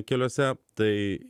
keliuose tai